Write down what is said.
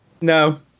No